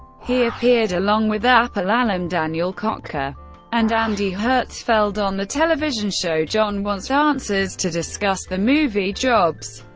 he appeared along with apple alum daniel kottke and andy hertzfeld on the television show john wants answers to discuss the movie jobs.